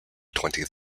twentieth